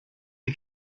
the